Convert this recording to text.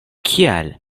kial